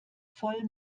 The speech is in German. voll